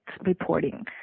reporting